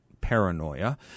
paranoia